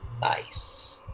Nice